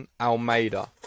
Almeida